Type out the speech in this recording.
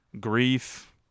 grief